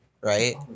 right